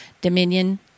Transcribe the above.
Dominion